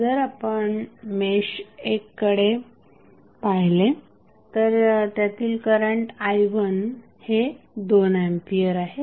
जर आपण मेश 1 पाहिले तर त्यातील करंट i1 हे 2 एंपियर आहे